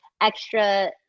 extra